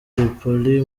tripoli